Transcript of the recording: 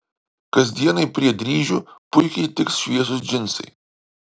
kasdienai prie dryžių puikiai tiks šviesūs džinsai